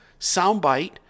soundbite